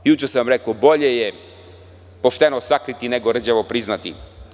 Juče sam rekao - bolje je pošteno sakriti nego rđavo priznati.